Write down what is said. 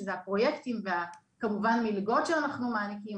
שזה הפרויקטים וכמובן המלגות שאנחנו מעניקים.